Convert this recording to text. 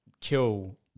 kill